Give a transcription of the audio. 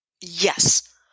yes